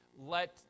Let